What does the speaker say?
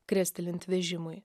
krestelint vežimui